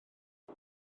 oes